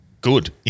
good